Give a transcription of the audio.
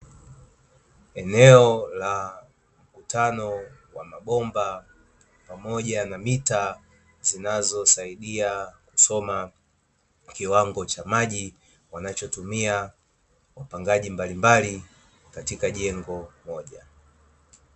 Eneo la mkutano wa mabomba pamoja na mita zinazosaidia kusoma kiwango cha maji wanachotumia wapangaji mbalimbali katika jengo moja.